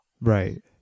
Right